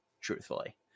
truthfully